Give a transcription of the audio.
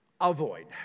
avoid